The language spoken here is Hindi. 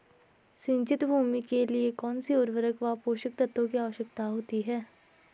सिंचित भूमि के लिए कौन सी उर्वरक व पोषक तत्वों की आवश्यकता होती है?